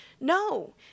No